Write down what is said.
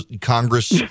Congress